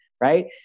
right